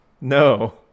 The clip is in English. no